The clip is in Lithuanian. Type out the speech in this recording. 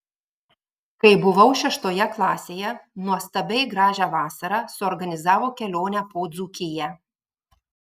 kai buvau šeštoje klasėje nuostabiai gražią vasarą suorganizavo kelionę po dzūkiją